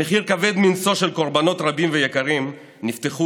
במחיר כבד מנשוא של קורבנות רבים ויקרים נפתחו